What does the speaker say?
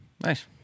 Nice